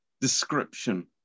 description